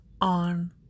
on